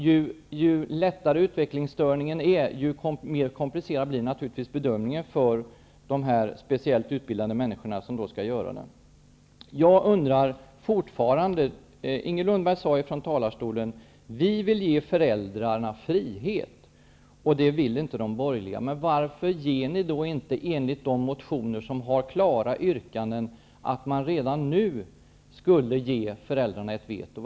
Ju lättare utvecklingsstörningen är, desto mer komplicerad blir naturligtvis bedömningen för de speciellt utbildade människor som skall göra den. Inger Lundberg sade att Socialdemokraterna vill ge föräldrarna frihet, vilket inte de borgerliga partierna vill. Varför ger ni då inte redan nu föräldrarna ett veto, enligt de motioner som har klara yrkanden om detta?